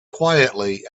quietly